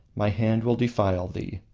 my hand will defile thee,